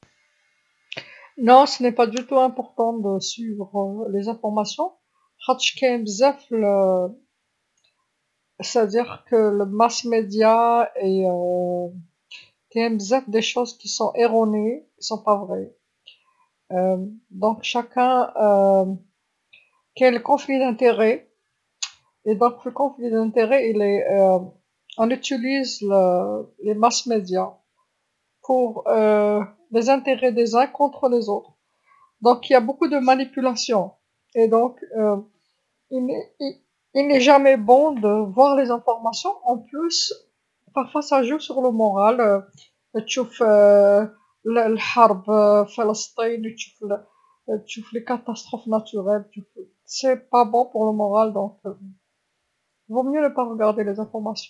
لا مشي قاع مهمه باش تبع الأخبار، خاطش كاين بزاف ل يعني وسائل الإعلام و كاين بزاف صوالح خاطئين مشي صحاح، علابيها كل واحد كاين تضارب المصالح، إذا في تضارب المصالح نستخدمو وسائل الإعلام لمصالح وحدين على وحدخرين، لذا كاين بزاف تلاعب، إذا مكانش أبدا مليح تشوف الأخبار، و زيد أحيانا تلعب على مورال، تشوف الحرب، فلسطين، تشوف ل، تشوف الكوارث الطبيعيه، تشوف، مشي مليح للمورال، من احسن متشوفش الأخبار.